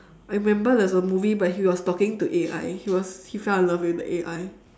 I remember there was a movie but he was talking to A_I he was he fell in love with the A_I